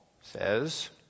says